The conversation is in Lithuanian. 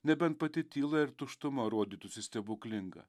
nebent pati tyla ir tuštuma rodytųsi stebuklinga